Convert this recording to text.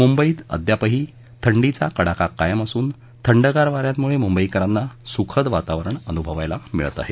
मुंबईत अद्यापही थंडीचा कडाका कायम असून थंडगार वा यांमुळे मुंबईकरांना सुखद वातावरण अनुभवायला मिळत आहे